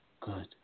good